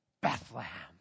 Bethlehem